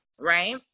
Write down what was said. right